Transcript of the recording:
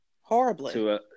horribly